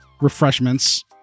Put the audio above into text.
refreshments